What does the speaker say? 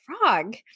frog